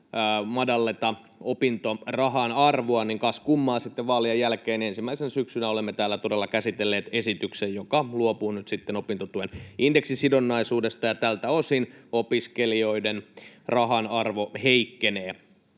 madalleta opintorahan arvoa, niin kas kummaa, sitten vaalien jälkeen ensimmäisenä syksynä olemme täällä todella käsitelleet esityksen, joka luopuu nyt sitten opintotuen indeksisidonnaisuudesta, ja tältä osin opiskelijoiden rahanarvo heikkenee.